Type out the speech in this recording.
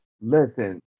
Listen